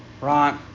Right